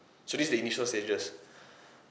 so this the initial stages